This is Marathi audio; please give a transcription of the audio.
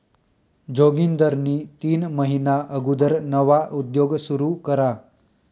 जोगिंदरनी तीन महिना अगुदर नवा उद्योग सुरू करा